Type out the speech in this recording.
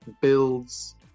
builds